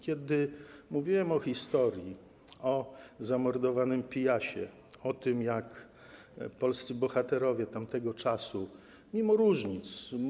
Kiedy mówiłem o historii, o zamordowanym Pyjasie, o tym, jak polscy bohaterowie tamtego czasu mimo różnic.